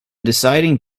deciding